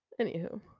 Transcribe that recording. Anywho